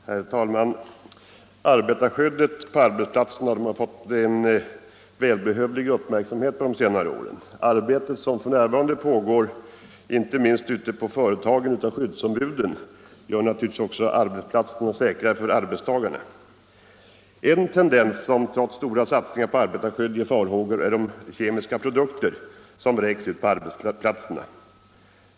Herr talman! Arbetarskyddet på arbetsplatserna har under senare år fått en välbehövlig uppmärksamhet. Inte minst det arbete som f. n. bedrivs på företagen av skyddsombuden gör naturligtvis arbetsplatserna säkrare för arbetstagarna. En tendens som trots stora satsningar på arbetarskydd inger farhågor är den ökade användningen av kemiska produkter, som vräks ut på arbetsplatserna.